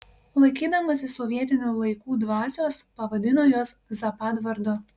laikydamasi sovietinių laikų dvasios pavadino juos zapad vardu